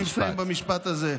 אני מסיים במשפט הזה.